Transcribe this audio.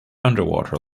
underwater